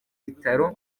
bitaro